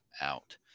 out